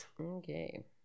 Okay